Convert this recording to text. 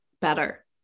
better